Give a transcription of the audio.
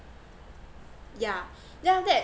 yeah then after that